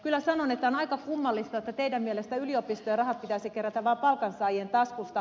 kyllä sanon että on aika kummallista että teidän mielestänne yliopistojen rahat pitäisi kerätä vaan palkansaajien taskuista